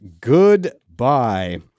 Goodbye